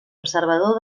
observador